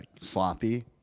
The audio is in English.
sloppy